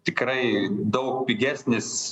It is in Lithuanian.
tikrai daug pigesnis